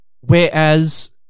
whereas